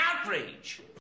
outrage